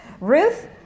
Ruth